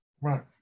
Right